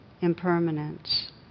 impermanence